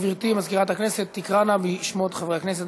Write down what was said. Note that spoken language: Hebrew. גברתי מזכירת הכנסת תקרא נא בשמות חברי הכנסת,